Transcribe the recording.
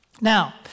Now